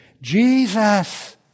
Jesus